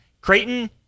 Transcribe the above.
Creighton